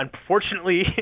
unfortunately